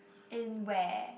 in where